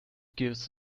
gives